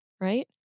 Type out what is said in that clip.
right